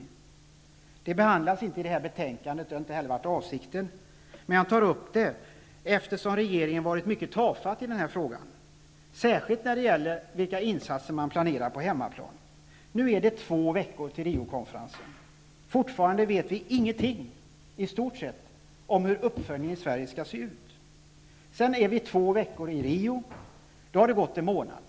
Denna fråga behandlas inte i det här betänkandet, och det har inte heller varit avsikten, men jag tar upp den, eftersom regeringen varit mycket tafatt i det här fallet, särskilt när det gäller frågan om vilka insatser man planerar på hemmaplan. Nu är det två veckor kvar till Rio-konferensen. Fortfarande vet vi i stort sett ingenting om hur uppföljningen i Sverige skall se ut. Sedan är vi två veckor i Rio, och då har det gått en månad.